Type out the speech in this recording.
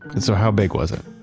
and so how big was it?